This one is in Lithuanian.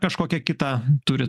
kažkokia kitą turit